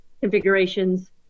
configurations